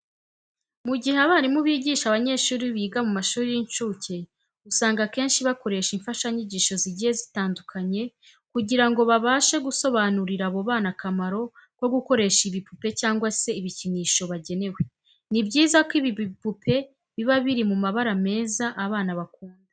Mu gihe abarimu bigisha abanyeshuri biga mu mashuri y'incuke usanga akenshi bakoresha imfashanyigisho zigiye zitandukanye kugira ngo babashe gusobanurira abo bana akamaro ko gukoresha ibipupe cyangwa se ibikinisho bagenewe. Ni byiza ko ibi bipupe biba biri mu mabara meza abana bakunda.